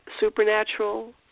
supernatural